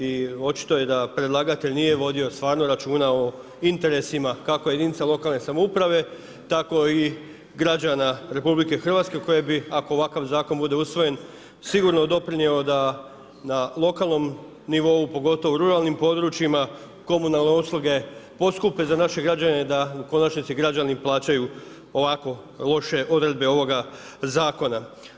I očito je da predlagatelj nije vodio stvarno računa o interesima kako jedinica lokalne samouprave, tako i građana Republike Hrvatske koje bi ako ovakav zakon bude usvojen sigurno doprinio da na lokalnom nivou pogotovo u ruralnim područjima komunalne usluge poskupe za naše građane da u konačnici građani plaćaju ovako loše odredbe ovoga zakona.